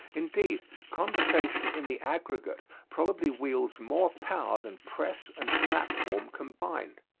indeed, conversation in the aggregate probably wields more power than press and platform combined.